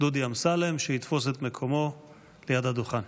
דודי אמסלם, שיתפוס את מקומו ליד הדוכן.